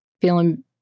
feeling